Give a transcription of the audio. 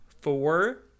four